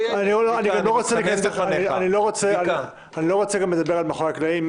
--- אני לא רוצה לדבר על מאחורי הקלעים,